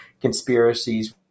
conspiracies